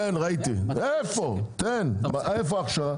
איפה ההכשרה?